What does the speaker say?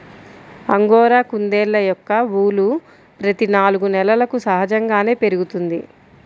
angora కుందేళ్ళ యొక్క ఊలు ప్రతి నాలుగు నెలలకు సహజంగానే పెరుగుతుంది